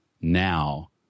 now